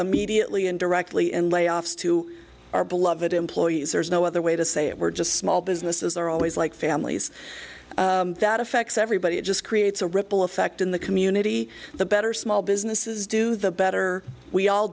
immediately and directly and layoffs to our beloved employees there's no other way to say it were just small businesses are always like families that affects everybody it just creates a ripple effect in the community the better small businesses do the better we all